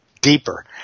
deeper